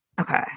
Okay